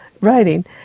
writing